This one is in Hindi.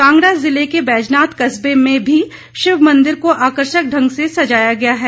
कांगड़ा ज़िले के बैजनाथ कस्बे में भी शिव मंदिर को आकर्षक ढंग से सजाया गया है